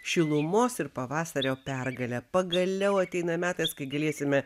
šilumos ir pavasario pergalę pagaliau ateina metas kai galėsime